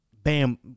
bam